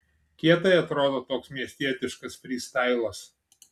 kietai atrodo toks miestietiškas frystailas